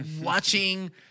watching